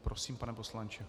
Prosím, pane poslanče.